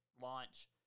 launch